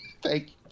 Thank